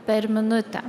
per minutę